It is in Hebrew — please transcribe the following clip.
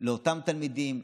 לאותם תלמידים,